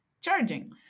charging